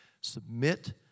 Submit